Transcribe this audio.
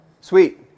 Sweet